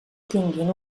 tinguin